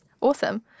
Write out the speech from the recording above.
Awesome